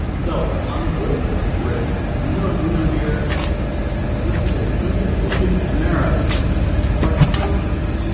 so on this list of risks, numero uno here is listed as independent america. this is in part the trump agenda.